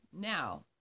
Now